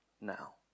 now